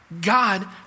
God